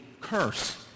curse